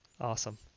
awesome